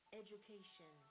education